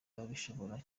babishobora